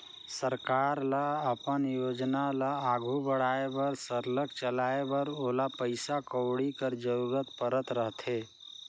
सरकार ल अपन योजना ल आघु बढ़ाए बर सरलग चलाए बर ओला पइसा कउड़ी कर जरूरत परत रहथे